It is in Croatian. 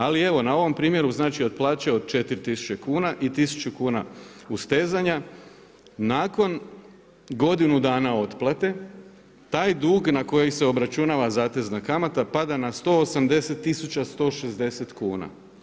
Ali evo, na ovom primjeru od plaće od 4000 kuna i 1000 kuna ustezanja, nakon godinu dana otplate taj dug na kojeg se obračunava zatezna kamata pada na 180 160 kuna.